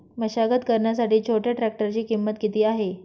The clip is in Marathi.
मशागत करण्यासाठी छोट्या ट्रॅक्टरची किंमत किती आहे?